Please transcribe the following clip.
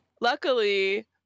Luckily